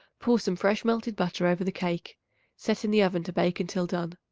pour some fresh melted butter over the cake set in the oven to bake until done.